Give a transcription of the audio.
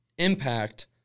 impact